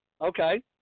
Okay